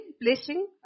blessing